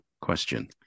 question